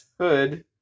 hood